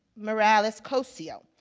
morales cosio.